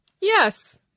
Yes